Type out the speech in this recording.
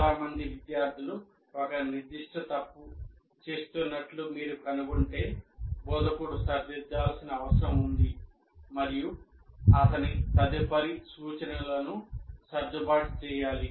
చాలా మంది విద్యార్థులు ఒక నిర్దిష్ట తప్పు చేస్తున్నట్లు మీరు కనుగొంటే బోధకుడు సరిదిద్దాల్సిన అవసరం ఉంది మరియు అతని తదుపరి సూచనలను సర్దుబాటు చేయాలి